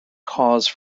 cause